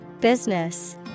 Business